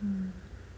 mm